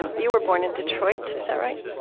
and you were born in detroit? is that right?